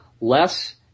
less